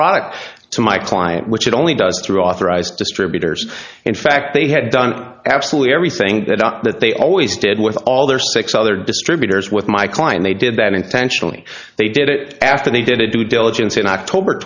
product to my client which it only does through authorized distributors in fact they had done absolutely everything that up that they always did with all their six other distributors with my client they did that intentionally they did it after they did it in diligence in october